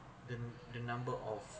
then the number of